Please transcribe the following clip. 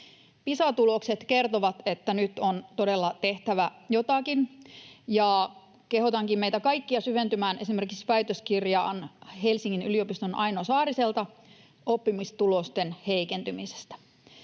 Pisa-tulokset kertovat, että nyt on todella tehtävä jotakin, ja kehotankin meitä kaikkia syventymään esimerkiksi väitöskirjaan Helsingin yliopiston Aino Saariselta oppimistulosten heikentymisestä.